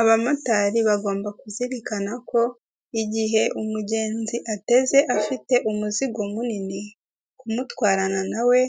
Abamotari bagomba kuzirikana ko igihe umugenzi ateze afite umuzigo munini, kumutwarana na we